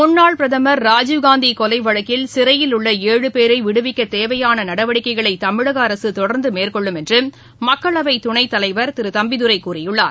முன்னாள் பிரதமர் ராஜீவ்காந்தி கொலை வழக்கில் சிறையில் உள்ள ஏழு பேரை விடுவிக்கத் தேவையான நடவடிக்கைகளை தமிழக அரசு தொடர்ந்து மேற்கொள்ளும் என்று மக்களவைத் துணைத் தலைவர் திரு தம்பிதுரை கூறியுள்ளார்